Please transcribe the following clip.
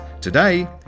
Today